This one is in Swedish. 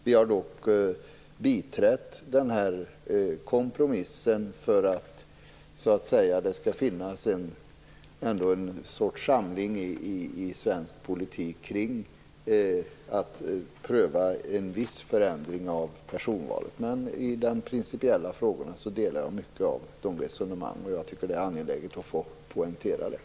Vi har dock biträtt kompromissen för att det så att säga skall finnas en sorts samling i svensk politik kring detta att pröva en viss förändring till förmån för personval. Men i de principiella frågorna delar jag mycket av Sten Anderssons resonemang. Jag tycker att det är angeläget att få poängtera detta.